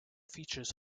features